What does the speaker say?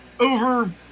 over